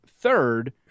third